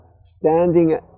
standing